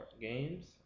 games